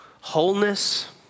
wholeness